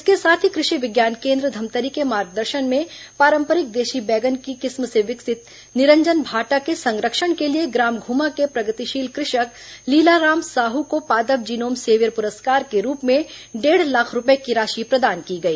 इसके साथ ही कृषि विज्ञान केन्द्र धमतरी के मार्गदर्शन में पारंपरिक देशी बैगन की किस्म से विकसित निरंजन भाटा के संरक्षण के लिए ग्राम धुमा के प्रगतिशील कृषक लीलाराम साहू को पादप जीनोम सेवियर पुरस्कार के रूप में डेढ़ लाख रूपये की राशि प्रदान की गई